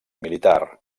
militar